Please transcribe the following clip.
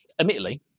admittedly